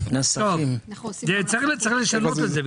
צריך לשנות את זה,